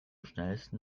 schnellsten